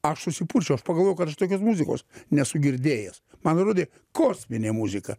aš susipurčiau aš pagalvojau kad aš tokios muzikos nesu girdėjęs man atrodė kosminė muzika